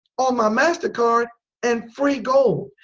on my master card and free gold.